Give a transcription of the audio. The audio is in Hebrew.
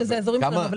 אין לי כאן.